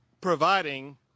providing